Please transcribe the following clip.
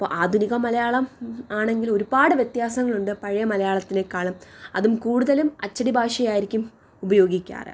അപ്പോൾ ആധുനിക മലയാളം ആണെങ്കിൽ ഒരുപാട് വ്യത്യാസങ്ങളുണ്ട് പഴയ മലയാളത്തിനെക്കാളും അതും കൂടുതലും അച്ചടി ഭാഷയായിരിക്കും ഉപയോഗിക്കാറ്